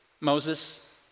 Moses